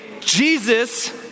Jesus